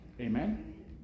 Amen